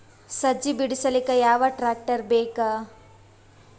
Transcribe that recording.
ಸಜ್ಜಿ ಬಿಡಿಸಿಲಕ ಯಾವ ಟ್ರಾಕ್ಟರ್ ಬೇಕ?